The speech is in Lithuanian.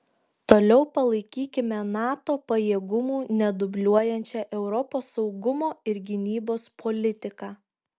toliau palaikykime nato pajėgumų nedubliuojančią europos saugumo ir gynybos politiką